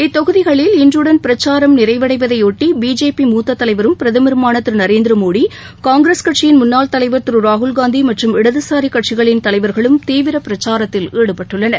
இத்தொகுதிகளில் இன்றுடன் பிரச்சாரம் நிறைவடைவதையொட்டி பிஜேபி மூத்த தலைவரும் பிரதமரமான திரு நரேந்திர மோடி காங்கிரஸ் கட்சியின் முன்னாள் தலைவர் திரு ராகுல்காந்தி மற்றும் இடதுசாரிக் கட்சிகளின் தலைவர்களும் தீவிர பிரச்சாரத்தில் ஈடுபட்டுள்ளனர்